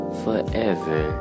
forever